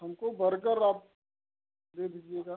हमको बर्गर आप दे दीजिएगा